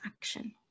action